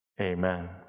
Amen